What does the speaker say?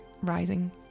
rising